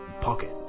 pocket